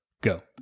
go